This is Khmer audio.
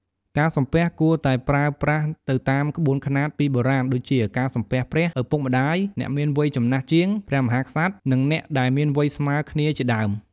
ការសំពះគួរតែប្រើប្រាស់ទៅតាមក្បួនខ្នាតពីបុរាណដូចជាការសំពះព្រះ ឪពុកម្តាយ អ្នកមានវ័យចំណាស់ជាង ព្រះមហាក្សត្រ និងអ្នកដែលមានវ័យស្មើគ្នាជាដើម។